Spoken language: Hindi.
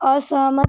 असहमत